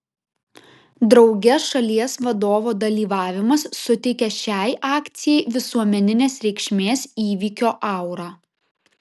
drauge šalies vadovo dalyvavimas suteikia šiai akcijai visuomeninės reikšmės įvykio aurą